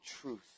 truth